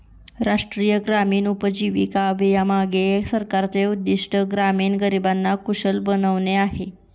राष्ट्रीय ग्रामीण उपजीविका अभियानामागे सरकारचे उद्दिष्ट ग्रामीण गरिबांना कुशल बनवणे आहे